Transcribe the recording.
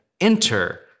enter